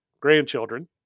grandchildren